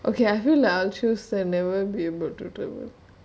okay I feel I will choose never be able to travel